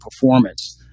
performance